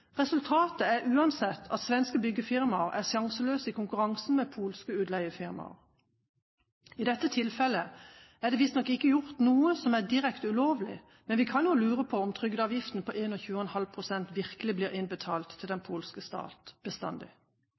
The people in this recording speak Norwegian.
Resultatet er uansett at svenske byggefirmaer er sjanseløse i konkurransen med polske utleiefirmaer. I dette tilfellet er det visstnok ikke gjort noe som er direkte ulovlig, men vi kan jo lure på om «trygdeavgiften» på 21,5 pst. virkelig blir innbetalt til den polske stat – bestandig.